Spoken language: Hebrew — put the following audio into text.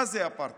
מה זה אפרטהייד?